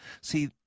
See